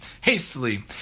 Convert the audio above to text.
hastily